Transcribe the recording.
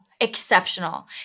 Exceptional